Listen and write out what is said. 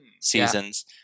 seasons